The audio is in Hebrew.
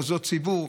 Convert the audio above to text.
מוסדות ציבור,